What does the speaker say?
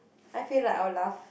I feel like I will laugh